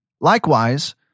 Likewise